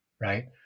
right